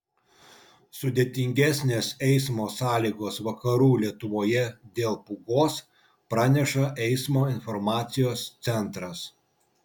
sudėtingesnės eismo sąlygos vakarų lietuvoje dėl pūgos praneša eismo informacijos centras